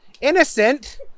innocent